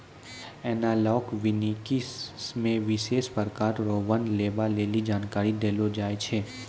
एनालाँक वानिकी मे विशेष प्रकार रो वन लगबै लेली जानकारी देलो जाय छै